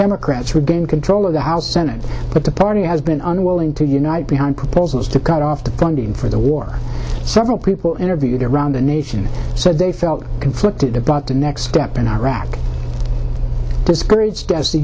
democrats regain control of the house senate but the party has been unwilling to unite behind proposals to cut off the funding for the war several people interviewed around the nation said they felt conflicted about the next step in iraq